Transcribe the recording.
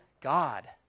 God